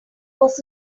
was